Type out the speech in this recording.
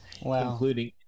including